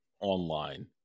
online